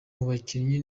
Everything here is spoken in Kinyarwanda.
bubanyi